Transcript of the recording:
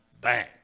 Bang